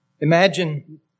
Imagine